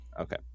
Okay